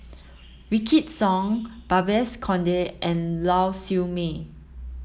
Wykidd Song Babes Conde and Lau Siew Mei